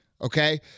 okay